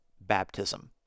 baptism